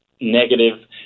negative